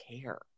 care